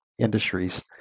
industries